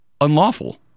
unlawful